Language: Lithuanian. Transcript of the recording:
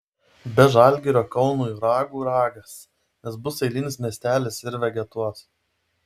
be žalgirio kaunui ragų ragas nes bus eilinis miestelis ir vegetuos